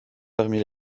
parmi